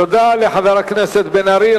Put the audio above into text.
תודה לחבר הכנסת בן-ארי.